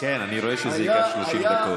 כן, אני רואה שזה ייקח 30 דקות.